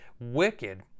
wicked